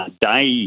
day